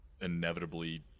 inevitably